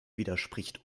widerspricht